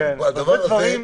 הדבר הזה